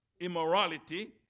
immorality